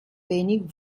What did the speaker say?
wenig